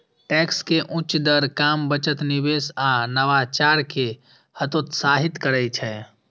tax के उच्च दर काम, बचत, निवेश आ नवाचार कें हतोत्साहित करै छै